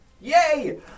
Yay